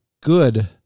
good